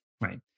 Right